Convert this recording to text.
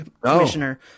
Commissioner